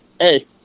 Hey